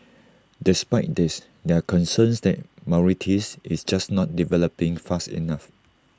despite this there are concerns that Mauritius is just not developing fast enough